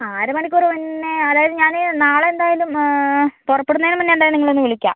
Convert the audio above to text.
ആ അരമണിക്കൂർ മുന്നെ അതായത് ഞാൻ നാളെ എന്തായാലും പുറപ്പെടുന്നേന് മുന്നെ എന്തായാലും നിങ്ങളെ ഒന്ന് വിളിക്കാം